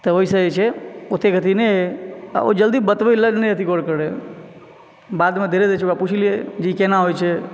तऽ ओहिसँ जे छै ओतेक अथि नइ होय आ ओ जल्दी बतबै लऽ नहि अथि गौर करय बादमे धीरे धीरे ओकरा पुछलियै जे ई केना होयत छै